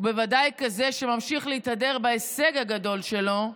ובוודאי כזה שממשיך להתהדר בהישג הגדול שלו,